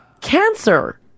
Cancer